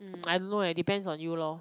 mm I don't know eh depends on you lor